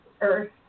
Earth